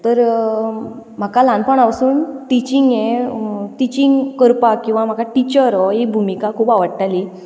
तर म्हाका ल्हानपाणासून टिचींग हें टिचींग करपाक किंवां म्हाका टिचर ही भुमिका खूब आवडटाली